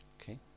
Okay